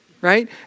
right